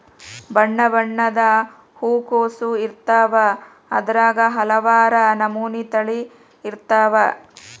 ಬಣ್ಣಬಣ್ಣದ ಹೂಕೋಸು ಇರ್ತಾವ ಅದ್ರಾಗ ಹಲವಾರ ನಮನಿ ತಳಿ ಇರ್ತಾವ